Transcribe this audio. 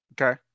Okay